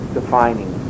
defining